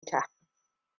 ta